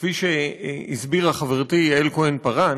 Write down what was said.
כפי שהסבירה חברתי יעל כהן-פארן,